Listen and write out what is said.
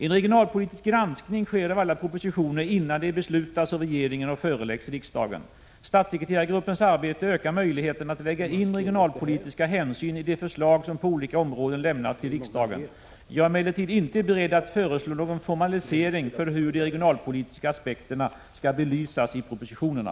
En regionalpolitisk granskning sker av alla propositioner innan de beslutas av regeringen och föreläggs riksdagen. Statssekreterargruppens arbete ökar möjligheterna att väga in regionalpolitiska hänsyn i de förslag som på olika områden lämnas till riksdagen. Jag är emellertid inte beredd att föreslå någon formalisering för hur de regionalpolitiska aspekterna skall belysas i propositionerna.